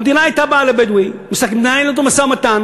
המדינה הייתה באה לבדואי ומנהלת אתו משא-ומתן.